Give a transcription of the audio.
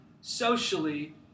socially